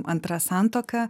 antra santuoka